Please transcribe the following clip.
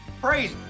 Praise